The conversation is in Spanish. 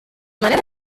manera